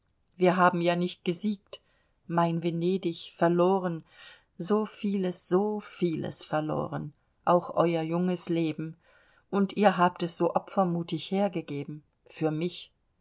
wir haben ja nicht gesiegt mein venedig verloren so vieles so vieles verloren auch euer junges leben und ihr habt es so opfermutig hergegeben für mich